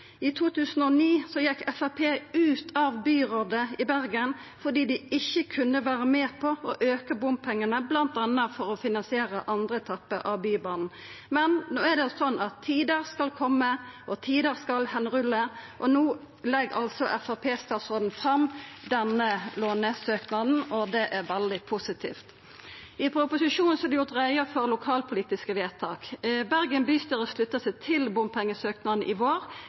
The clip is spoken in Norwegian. I 2009 gjekk Framstegspartiet ut av byrådet i Bergen fordi dei ikkje kunne vera med på å auka bompengane bl.a. for å finansiera andre etappe av Bybanen. Men det er slik at «tider skal komme, tider skal henrulle», og no legg altså Framstegsparti-stasråden fram denne lånesøknaden, og det er veldig positivt. I proposisjonen er det gjort greie for lokalpolitiske vedtak. Bergen bystyre slutta seg til bompengesøknaden i vår,